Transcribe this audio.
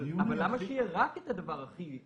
אבל למה שיהיה רק את הדבר הכי?